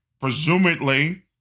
presumably